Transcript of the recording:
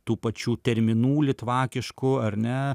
tų pačių terminų litvakiškų ar ne